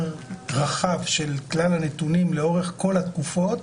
רחב של כלל הנתונים לאורך כל התקופות